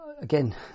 again